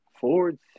Fords